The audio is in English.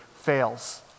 fails